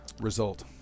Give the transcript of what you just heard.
result